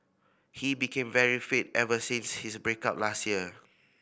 he became very fit ever since his break up last year